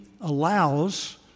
allows